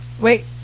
Wait